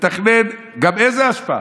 תתכנן גם אשפה.